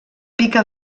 pica